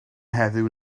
heddiw